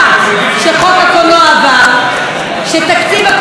שתקציב הקולנוע עלה ב-20 מיליון שקלים,